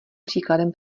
příkladem